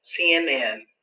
CNN